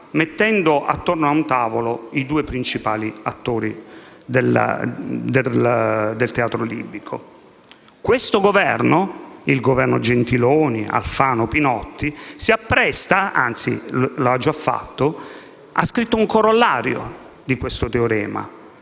mettendo attorno a un tavolo i due principali attori del teatro libico. Questo Governo, il Governo Gentiloni Silveri-Alfano-Pinotti, si appresta, anzi l'ha già fatto, a scrivere un corollario di questo teorema;